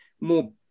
more